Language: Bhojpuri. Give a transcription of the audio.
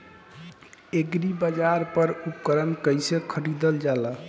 एग्रीबाजार पर उपकरण कइसे खरीदल जाला?